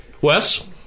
Wes